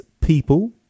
people